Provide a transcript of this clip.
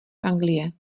anglie